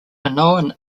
minoan